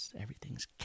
everything's